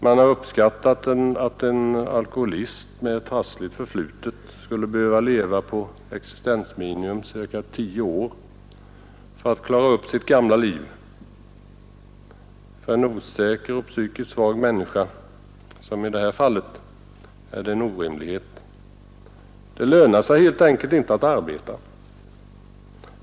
Man har uppskattat att en alkoholist med ett trassligt förflutet skulle behöva leva på existensminimum i cirka tio år för att kunna klara upp sitt gamla liv. För en osäker och psykiskt svag människa — som i detta fall — är det en orimlighet. Det lönar sig helt enkelt inte att arbeta.